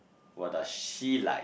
what does she like